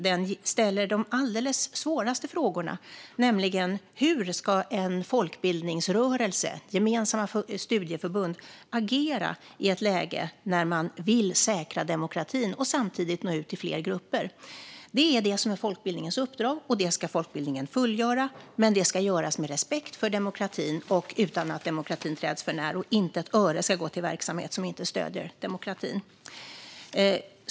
Den ställer de allra svåraste frågorna, nämligen hur en folkbildningsrörelse, studieförbund gemensamt, ska agera i ett läge där man vill säkra demokratin och samtidigt nå ut till fler grupper. Det är det som är folkbildningens uppdrag, och det ska folkbildningen fullgöra. Men det ska göras med respekt för demokratin och utan att demokratin träds förnär, och inte ett öre ska gå till verksamhet som inte stöder demokratin.